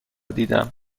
دیدم